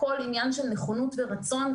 הכול הוא עניין של נכונות ורצון,